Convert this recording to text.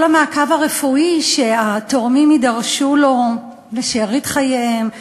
כל המעקב הרפואי שהתורמים יידרשו לו לשארית חייהם,